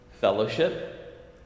fellowship